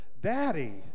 Daddy